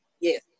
Yes